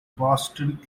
boston